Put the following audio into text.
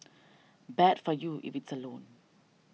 bad for you if it's a loan